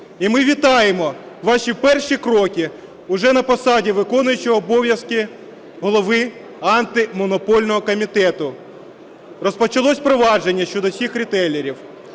І ми вітаємо ваші перші кроки вже на посаді виконуючого обов'язки Голови Антимонопольного комітету. Розпочалося провадження щодо тих рітейлерів.